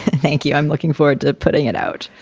thank you. i'm looking forward to putting it out.